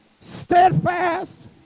steadfast